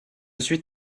suis